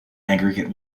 aggregate